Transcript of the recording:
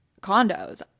condos